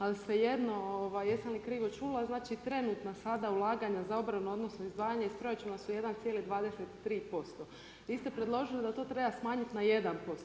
Ali svejedno jesam li krivo čula, trenutna sada ulaganja za obranu odnosno izdvajanje iz proračuna su 1,23%. vi ste predložili da to treba smanjiti na 1%